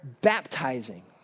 baptizing